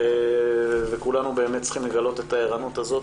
אמנם כולנו צריכים לגלות את הערנות הזאת